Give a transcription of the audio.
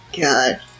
God